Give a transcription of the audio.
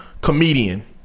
Comedian